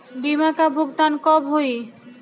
बीमा का भुगतान कब होइ?